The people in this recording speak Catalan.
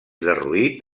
derruït